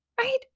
right